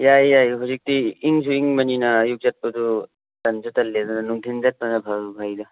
ꯌꯥꯏꯌꯦ ꯌꯥꯏꯌꯦ ꯍꯧꯖꯤꯛꯇꯤ ꯏꯡꯁꯨ ꯏꯡꯕꯅꯤꯅ ꯑꯌꯨꯛ ꯆꯠꯄꯗꯣ ꯇꯟꯖꯨ ꯇꯜꯂꯦꯗꯅ ꯅꯨꯡꯗꯤꯟ ꯆꯠꯄꯅ ꯐꯕꯨ ꯐꯩꯗ